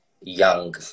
young